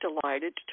delighted